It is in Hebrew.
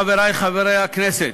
חברי חברי הכנסת,